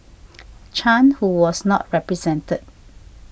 Chan who was not represented